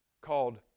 called